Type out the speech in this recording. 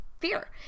fear